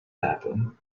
happen